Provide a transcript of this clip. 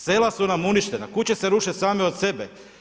Sela su nam uništena, kuće se ruše same od sebe.